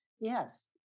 yes